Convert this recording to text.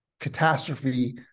catastrophe